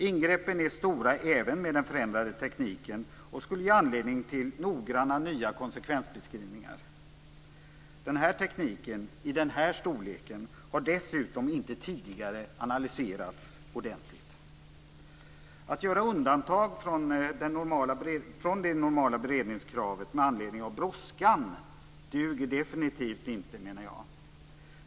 Ingreppen är stora även med den förändrade tekniken och skulle ge anledning till noggranna nya konsekvensbeskrivningar. Den här tekniken, i den här storleken, har dessutom inte tidigare analyserats ordentligt. Att göra undantag från det normala beredningskravet med anledning av brådskan duger definitivt inte, menar jag.